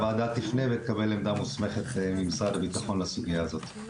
הוועדה תפנה ותקבל עמדה מוסמכת ממשרד הביטחון לסוגייה הזאת.